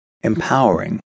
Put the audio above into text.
empowering